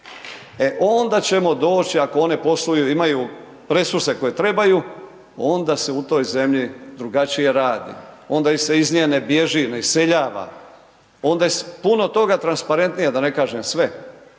E onda ćemo doći ako one posluju, imaju resurse koje trebaju, onda se u toj zemlji drugačije radi, onda se iz nje ne bježi, ne iseljava, onda je puno toga transparentnije, da ne kažem sve,